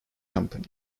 company